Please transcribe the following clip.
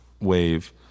wave